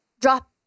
drop